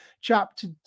chapter